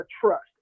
trust